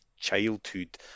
childhood